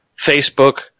Facebook